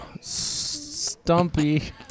Stumpy